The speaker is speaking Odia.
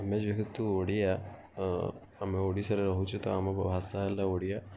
ଆମେ ଯେହେତୁ ଓଡ଼ିଆ ଆମେ ଓଡ଼ିଶାରେ ରହୁଛୁ ତ ଆମ ଭାଷା ହେଲା ଓଡ଼ିଆ